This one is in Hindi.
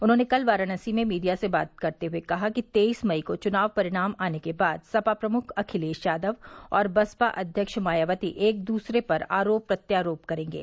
उन्होंने कल वाराणसी में मीडिया से बात करते हुए कहा कि तेईस मई को चुनाव परिणाम आने के बाद सपा प्रमुख अखिलेश यादव और बसपा अध्यक्ष मायावती एक दूसरे पर आरोप प्रत्यारोप करेंगे